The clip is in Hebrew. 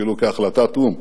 אפילו כהחלטת או"ם,